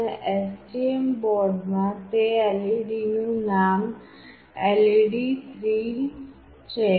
અને STM બોર્ડમાં તે LED નું નામ LED3 છે